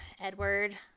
edward